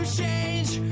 change